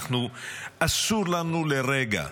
אסור לנו לרגע,